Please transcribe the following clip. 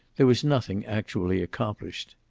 there was nothing actually accomplished.